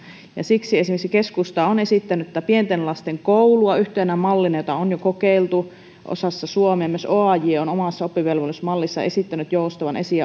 siksi esimerkiksi keskusta on esittänyt pienten lasten koulua yhtenä mallina jota on jo kokeiltu osassa suomea myös oaj on omassa oppivelvollisuusmallissa esittänyt joustavan esi